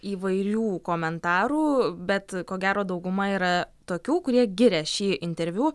įvairių komentarų bet ko gero dauguma yra tokių kurie giria šį interviu